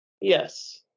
Yes